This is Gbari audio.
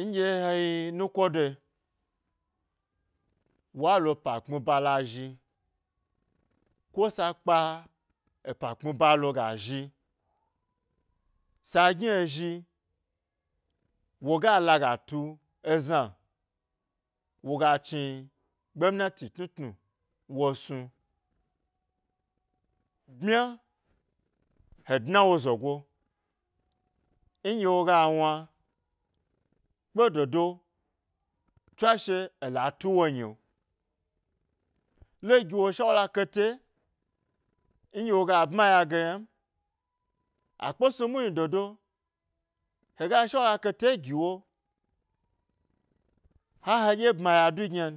Nɗye he yi nuko doe, wa lo pa kpmi ba la zhi, ko sa kpa epa kpmi ba ko gazhi, sa gni'ozhi woga laga tu ezna woga chni gbemnati tnu tnu wo snu, ɓmya he dna wo zogo nɗye woga wna kpe dodo tswashe ela tu wo nyi'o le giwo shawula kate nɗye woga bmaya ge ynam, a kpe snum muhni dodo, hega shawula kate giwo, ha haɗye bmaya du gynar